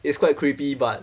it's quite creepy but